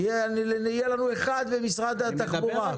שיהיה לנו אחד למשרד התחבורה.